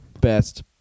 best